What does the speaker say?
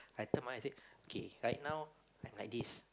I tell my wife I said K right now I'm like this